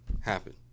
happen